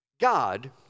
God